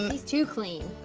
um he's too clean.